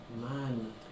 Man